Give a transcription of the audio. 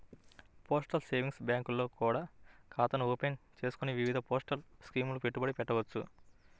postal savings బ్యాంకుల్లో కూడా ఖాతాను ఓపెన్ చేసుకొని వివిధ పోస్టల్ స్కీముల్లో పెట్టుబడి పెట్టవచ్చు